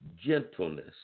Gentleness